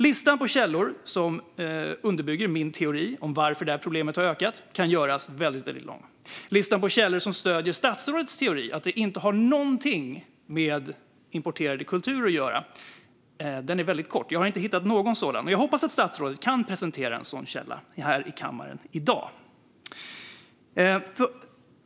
Listan på källor som underbygger min teori om varför detta problem har ökat kan göras väldigt lång. Listan på källor som stöder statsrådets teori att detta inte har någonting med importerade kulturer att göra är väldigt kort - jag har inte hittat någon sådan. Jag hoppas att statsrådet kan presentera en sådan källa här i kammaren i dag.